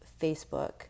Facebook